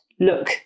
Look